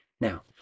Now